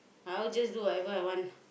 I will just do whatever I want